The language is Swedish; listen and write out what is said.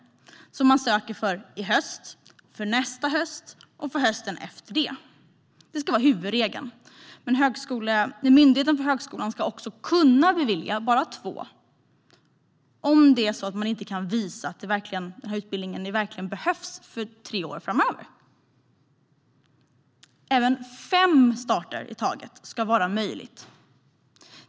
Då söker man för i höst, nästa höst och hösten därpå. Myndigheten för yrkeshögskolan ska också kunna bevilja bara två starter om man inte kan visa att utbildningen verkligen behövs i tre år framöver. Även fem starter i taget ska vara möjligt.